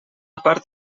part